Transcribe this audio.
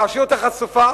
להשאיר אותה חשופה?